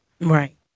Right